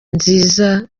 nziza